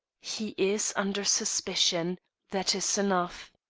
he is under suspicion that is enough.